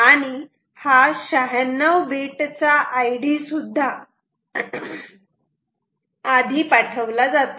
आणि हा 96 बीट चा आयडी सुद्धा आधी पाठवला जातो